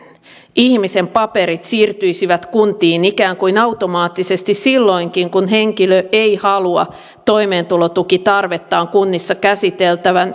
ihmisen paperit siirtyisivät kuntiin ikään kuin automaattisesti silloinkin kun henkilö ei halua toimeentulotukitarvettaan kunnissa käsiteltävän